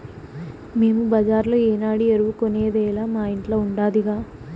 మేము బజార్లో ఏనాడు ఎరువు కొనేదేలా మా ఇంట్ల ఉండాదిగా